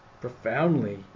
profoundly